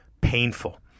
painful